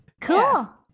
Cool